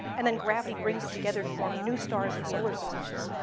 and then gravity brings it together to form new stars and solar systems.